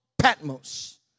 Patmos